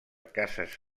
cases